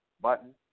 button